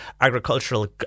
agricultural